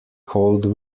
cold